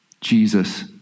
Jesus